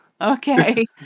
okay